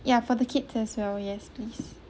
ya for the kids as well yes please